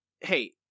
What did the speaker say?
Hey